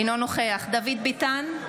אינו נוכח דוד ביטן,